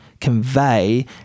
convey